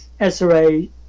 sra